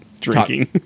drinking